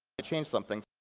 to change something.